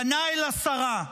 פנה אל השרה,